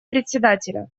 председателя